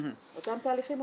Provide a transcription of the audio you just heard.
אותם תהליכים,